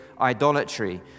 idolatry